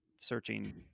searching